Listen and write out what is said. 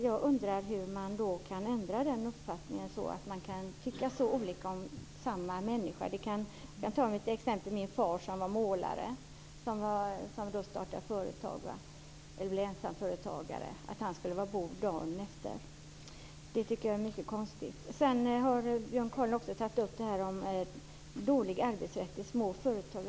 Jag undrar hur man kan ändra uppfattning och tycka så olika om samma människa. Vi kan ta min far som exempel. Han var målare, och startade ett företag och blev ensamföretagare. Skulle han vara en bov dagen efter? Det tycker jag är mycket konstigt. Björn Kaaling tog också upp den dåliga arbetsrätten i små företag.